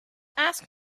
ask